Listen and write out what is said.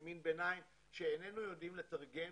זה מין ביניים שאיננו יודעים לתרגם,